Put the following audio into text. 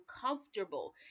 comfortable